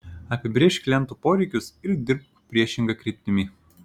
apibrėžk klientų poreikius ir dirbk priešinga kryptimi